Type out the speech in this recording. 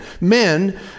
men